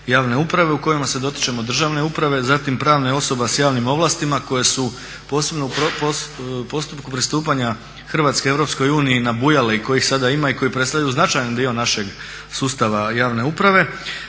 u kojem se dotičemo državne uprave, zatim pravnih osoba s javnim ovlastima koje su posebno u postupku pristupanja Hrvatske EU nabujale i kojih sada ima i koji predstavljaju značajan dio našeg sustava javne uprave.